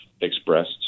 expressed